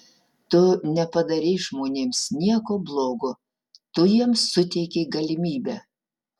tu nepadarei žmonėms nieko blogo tu jiems suteikei galimybę